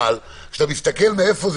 אבל כשאתה מסתכל על הכמות